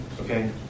Okay